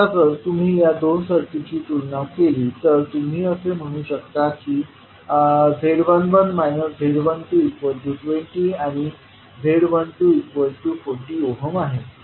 आता जर तुम्ही या दोन सर्किट्सची तुलना केली तर तुम्ही असे म्हणू शकता की z11 z12 20 आणि z12 40 आहे